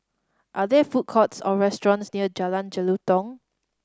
are there food courts or restaurants near Jalan Jelutong